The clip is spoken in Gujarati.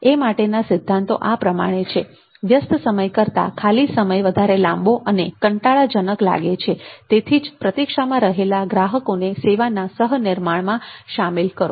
એ માટેના સિદ્ધાંતો આ પ્રમાણે છે વ્યસ્ત સમય કરતાં ખાલી સમય વધારે લાંબો અને કંટાળાજનક લાગે છે તેથી જ પ્રતીક્ષા માં રહેલા ગ્રાહકોને સેવાના સહ નિર્માણમાં સામેલ કરો